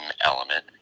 element